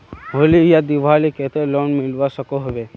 होली या दिवालीर केते लोन मिलवा सकोहो होबे?